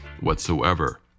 whatsoever